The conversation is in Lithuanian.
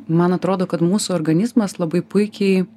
man atrodo kad mūsų organizmas labai puikiai